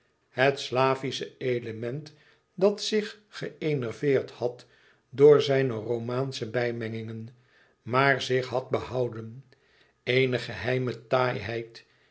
het slavische element dat zich geënerveerd had door zijne romaansche bijmengingen maar zich had behouden eene geheime taaiheid